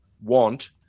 want